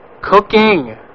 Cooking